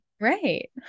Right